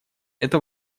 это